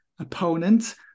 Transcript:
Opponent